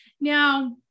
Now